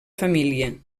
família